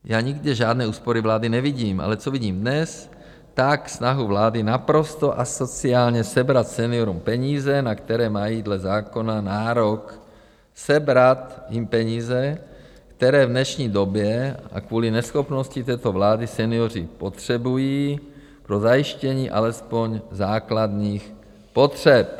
Já nikde žádné úspory vlády nevidím, ale co vidím dnes, tak snahu vlády naprosto asociálně sebrat seniorům peníze, na které mají dle zákona nárok, sebrat jim peníze, které v dnešní době a kvůli neschopnosti této vlády senioři potřebují pro zajištění alespoň základních potřeb.